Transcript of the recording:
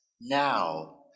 now